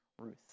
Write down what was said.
Ruth